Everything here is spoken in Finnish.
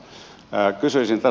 kysyisin tätä ministeriltä